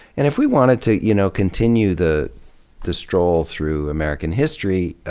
and if we wanted to, you know, continue the the stroll through american history,